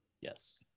Yes